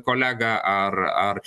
kolegą ar ar